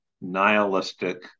nihilistic